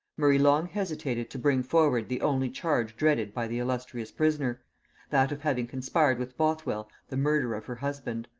murray long hesitated to bring forward the only charge dreaded by the illustrious prisoner that of having conspired with bothwell the murder of her husband.